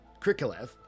Krikalev